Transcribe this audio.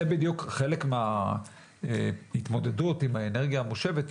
חלק מההתמודדות עם האנרגיה המושבת,